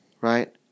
right